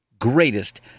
greatest